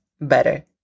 better